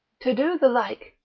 to do the like,